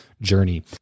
journey